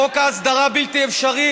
חוק ההסדרה בלתי אפשרי?